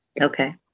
Okay